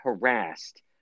harassed